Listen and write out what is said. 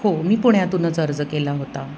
हो मी पुण्यातूनच अर्ज केला होता